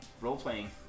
Role-playing